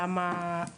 כי